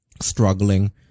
struggling